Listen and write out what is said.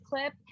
clip